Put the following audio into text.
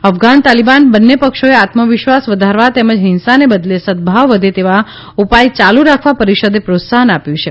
અફઘાન તાલીબાન બંને પક્ષોને આત્મવિશ્વાસ વધારવા તેમજ હિંસાને બદલે સદભાવ વધે તેવા ઉપાય યાલુ રાખવા પરીષદે પ્રોત્સાહન આપ્યું છે